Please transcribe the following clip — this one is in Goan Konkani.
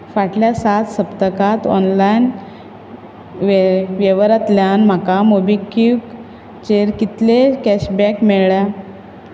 फाटल्या सात सप्तकांत ऑनलायन वेव्हारांतल्यान म्हाका मोबीक्विकचेर कितलें कॅशबॅक मेळ्ळां